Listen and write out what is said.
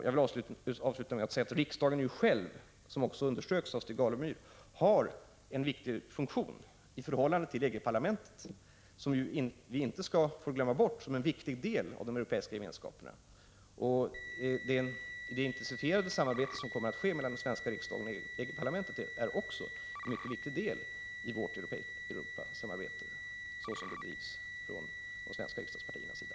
Jag vill avsluta med att säga att riksdagen själv — vilket också underströks av Stig Alemyr — har en viktig funktion i förhållande till EG-parlamentet, som vi inte får glömma bort som en betydelsefull del av de Europeiska gemenskaperna. Det intensifierade samarbete som kommer att ske mellan den svenska riksdagen och EG-parlamentet är också en mycket viktig del av vårt europeiska samarbete, så som det drivs från de svenska riksdagspartiernas sida.